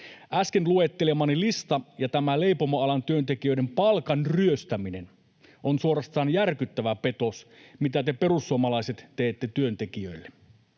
Äsken luettelemani lista ja tämä leipomoalan työntekijöiden palkan ryöstäminen ovat suorastaan järkyttävä petos, mitä te perussuomalaiset teette työntekijöille.